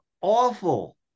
awful